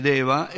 Deva